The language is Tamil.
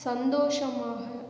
சந்தோஷமாக